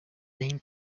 name